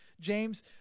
James